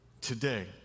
today